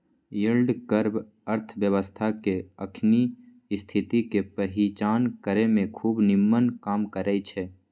yield curve अर्थव्यवस्था के अखनी स्थिति के पहीचान करेमें खूब निम्मन काम करै छै